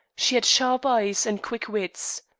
she had sharp eyes and quick wits.